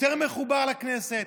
הציבור יותר מחובר לכנסת?